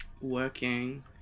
working